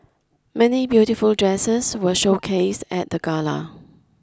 many beautiful dresses were showcased at the gala